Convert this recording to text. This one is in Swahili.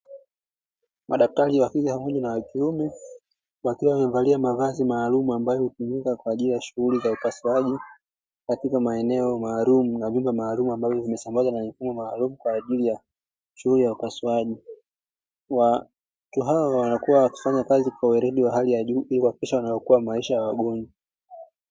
Madaktari wa kike na wa kiume, wakiwa wamevalia mavazi maalumu ambayo hutumika kwa ajili ya shughuli za upasuaji katika maeneo maalumu, na vyumba maalumu; ambavyo vimesambazwa na mifumo maalumu kwa ajili ya shughuli ya upasuaji. Watu hawa wanakuwa wanafanya kazi kwa weledi wa hali ya juu, kuhakikisha wanaokoa maisha ya wagonjwa.